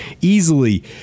easily